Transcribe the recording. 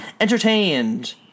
entertained